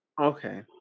Okay